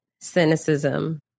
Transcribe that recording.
cynicism